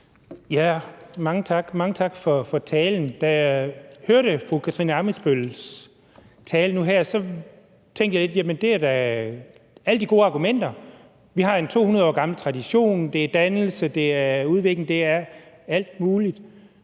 Mange tak for talen. Da jeg hørte fru Katarina Ammitzbølls tale nu her, tænkte jeg, at det var da alle de gode argumenter – vi har en 200 år gammel tradition, det er dannelse, det er udvikling, det er alt muligt.